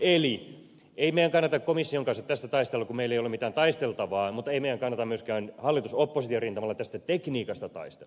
eli ei meidän kannata komission kanssa tästä taistella kun meillä ei ole mitään taisteltavaa mutta ei meidän kannata myöskään hallitusoppositio rintamalla tästä tekniikasta taistella